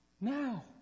now